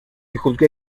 juzgué